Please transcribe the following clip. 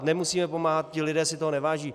Nemusíme pomáhat, ti lidé si toho neváží.